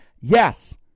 Yes